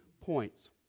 points